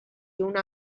una